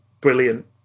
brilliant